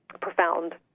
profound